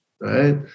right